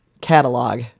catalog